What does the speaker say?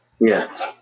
Yes